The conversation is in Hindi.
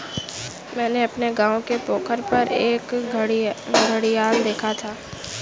मैंने अपने गांव के पोखर पर एक घड़ियाल देखा था